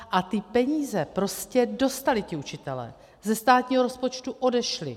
A ty peníze prostě dostali ti učitelé, ze státního rozpočtu odešly.